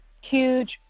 huge